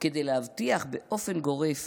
כדי להבטיח באופן גורף